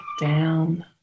down